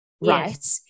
right